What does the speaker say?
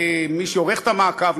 מי שעורך את המעקב,